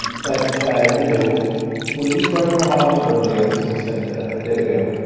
but you know when we started our modeling early, i think, as i said a bit ago,